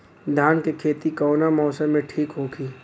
धान के खेती कौना मौसम में ठीक होकी?